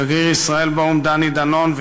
שגריר ישראל באו"ם דני דנון,